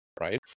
right